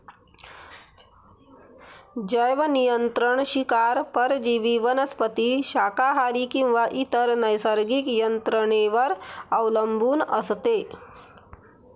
जैवनियंत्रण शिकार परजीवी वनस्पती शाकाहारी किंवा इतर नैसर्गिक यंत्रणेवर अवलंबून असते